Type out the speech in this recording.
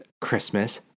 Christmas